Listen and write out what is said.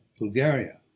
Bulgaria